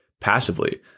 passively